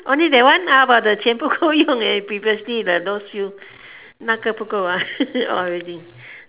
only that one how about the 钱不够用 and previously the those few 那个不够 ah already